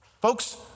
Folks